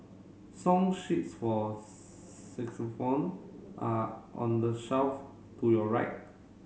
song sheets for saxaphone are on the shelf to your right